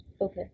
okay